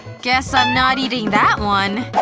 guess i'm not eating that one.